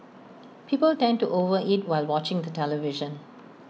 people tend to over eat while watching the television